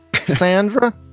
Sandra